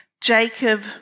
Jacob